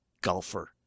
golfer